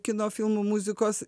kino filmų muzikos